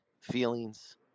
feelings